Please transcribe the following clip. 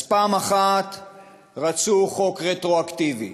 אז פעם אחת רצו חוק רטרואקטיבי,